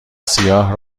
سیاه